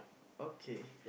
okay